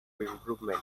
improvement